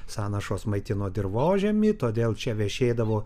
sąnašos maitino dirvožemį todėl čia viešėdavo